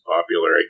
popular